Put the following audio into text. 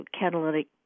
catalytic